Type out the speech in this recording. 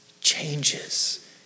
changes